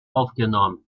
aufgenommen